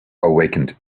awakened